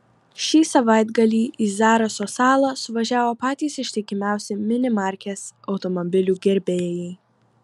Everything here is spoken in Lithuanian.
šį savaitgalį į zaraso salą suvažiavo patys ištikimiausi mini markės automobilių gerbėjai